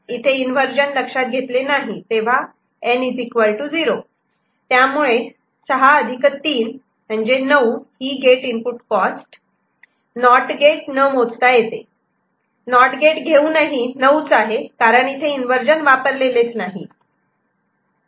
इथे इन्वर्जन लक्षात घेतले नाही तेव्हा N 0 त्यामुळे 6 3 9 ही gate input cost not gate न मोजता येते नॉट गेट घेऊनही 9 च आहे कारण येथे इन्वर्जन वापरलेले नाही